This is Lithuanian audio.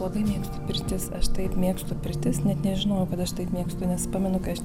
labai mėgstu pirtis aš taip mėgstu pirtis net nežinojau kad aš taip mėgstu nes pamenu kai aš